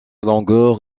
longueur